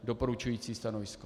Doporučující stanovisko.